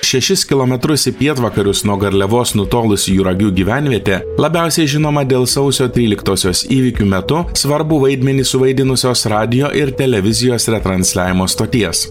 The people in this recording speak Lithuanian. šešis kilometrus į pietvakarius nuo garliavos nutolusi juragių gyvenvietė labiausiai žinoma dėl sausio tryliktosios įvykių metu svarbų vaidmenį suvaidinusios radijo ir televizijos retransliavimo stoties